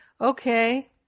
okay